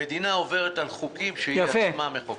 המדינה עוברת על חוקים שהיא עצמה מחוקקת.